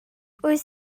wyt